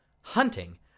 Hunting